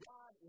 God